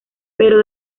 pero